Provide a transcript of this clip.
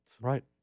Right